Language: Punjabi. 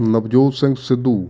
ਨਵਜੋਤ ਸਿੰਘ ਸਿੱਧੂ